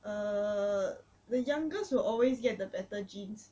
err the youngest will always get the better genes